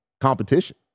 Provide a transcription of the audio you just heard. competition